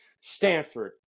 Stanford